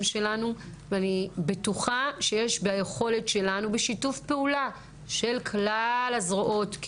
שלנו ואני בטוחה שיש ביכולת שלנו ושיתוף פעולה של כלל הזרועות.